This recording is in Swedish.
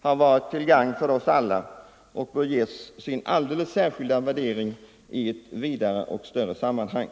har varit till gagn för oss alla och bör ges sin alldeles särskilda värdering i ett vidare och större sammanhang.